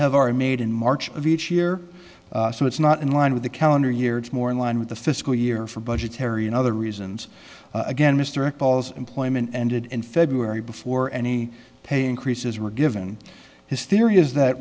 have already made in march of each year so it's not in line with the calendar year it's more in line with the fiscal year for budgetary and other reasons again mr ball's employment ended in february before any pay increases were given his theory is that